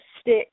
stick